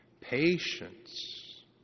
patience